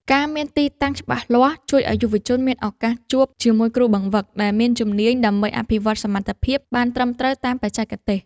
ការមានទីតាំងច្បាស់លាស់ជួយឱ្យយុវជនមានឱកាសជួបជាមួយគ្រូបង្វឹកដែលមានជំនាញ ដើម្បីអភិវឌ្ឍសមត្ថភាពបានត្រឹមត្រូវតាមបច្ចេកទេស។